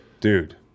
dude